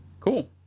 Cool